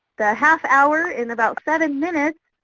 the half hour in about seven minutes,